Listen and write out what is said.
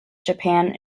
japan